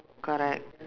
correct